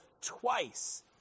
twice